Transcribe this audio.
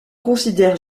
considère